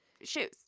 shoes